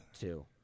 two